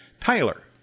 Tyler